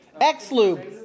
X-Lube